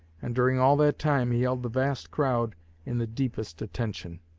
and during all that time he held the vast crowd in the deepest attention.